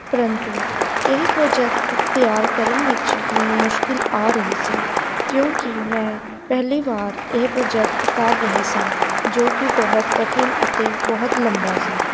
ਪਰੰਤੂ ਇਹ ਪ੍ਰੋਜੈਕਟ ਤਿਆਰ ਕਰਨ ਵਿੱਚ ਮੈਨੂੰ ਮੁਸ਼ਕਿਲ ਆ ਰਹੀ ਸੀ ਕਿਉਂਕਿ ਮੈਂ ਪਹਿਲੀ ਵਾਰ ਇਹ ਪ੍ਰੋਜੈਕਟ ਕਰ ਰਹੀ ਸਾਂ ਜੋ ਕਿ ਬਹੁਤ ਕਠਿਨ ਅਤੇ ਬਹੁਤ ਲੰਬਾ ਸੀ